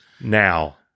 Now